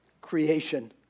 creation